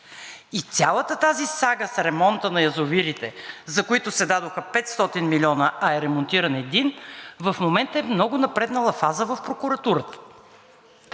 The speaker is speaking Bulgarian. Цялата тази сага с ремонта на язовирите, за които се дадоха 500 милиона, а е ремонтиран един, в момента е в много напреднала фаза в прокуратурата.